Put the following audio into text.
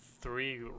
three